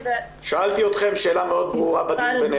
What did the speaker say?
שאלתי אתכם שאלה מאוד ברורה בדיון בינינו.